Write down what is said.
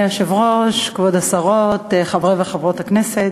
אדוני היושב-ראש, כבוד השרות, חברי וחברות הכנסת,